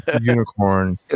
Unicorn